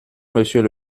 monsieur